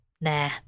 Nah